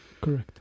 Correct